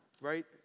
right